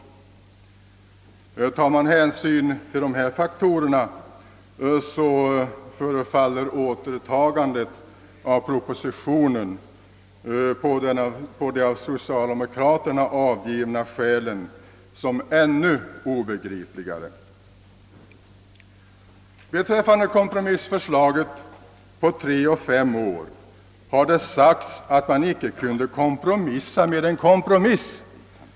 Herr talman! Med hänsyn till dessa faktorer förefaller återtagandet av propositionen på de av socialdemokraterna uppgivna skälen som ännu obegripligare. ; Beträffande kompromissförslaget på tre och fem år har det sagts att det inte går att kompromissa med en kompromiss.